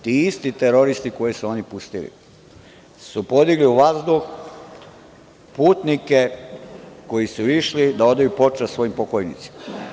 Ti isti teroristi koje su oni pustili su podigli u vazduh putnike koji su išli da odaju počast svojim pokojnicima.